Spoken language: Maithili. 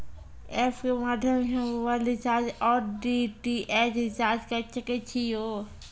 एप के माध्यम से मोबाइल रिचार्ज ओर डी.टी.एच रिचार्ज करऽ सके छी यो?